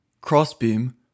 Crossbeam